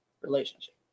relationship